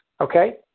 Okay